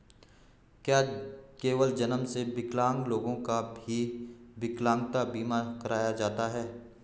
क्या केवल जन्म से विकलांग लोगों का ही विकलांगता बीमा कराया जाता है?